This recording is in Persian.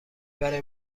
برای